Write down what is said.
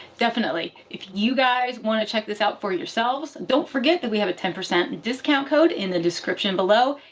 definitely. if you guys wanna check this out for yourselves, don't forget that we have a ten percent discount code in the description below,